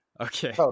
Okay